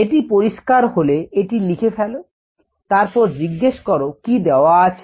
এটি পরিষ্কার হলে এটি লিখে ফেলো তারপর জিজ্ঞেস করো কি দেওয়া আছে